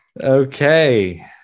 Okay